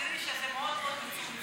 תראי שזה מאוד מאוד מצומצם.